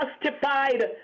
justified